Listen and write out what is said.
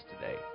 today